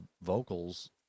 vocals